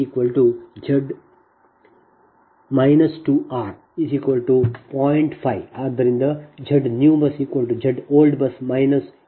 ಆದ್ದರಿಂದ j 2 ಮತ್ತು n 3 ಮತ್ತು Z bZ 2r0